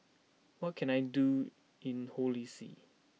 what can I do in Holy See